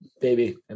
baby